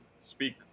speak